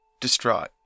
Distraught